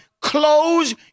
close